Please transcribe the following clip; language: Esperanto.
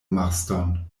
marston